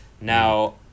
now